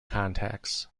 contacts